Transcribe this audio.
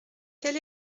quel